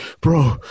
bro